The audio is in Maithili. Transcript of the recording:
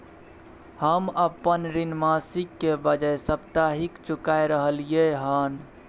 हम अपन ऋण मासिक के बजाय साप्ताहिक चुका रहलियै हन